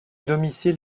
domicile